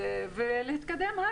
ולהתקדם.